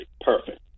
Perfect